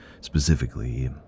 specifically